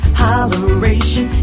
holleration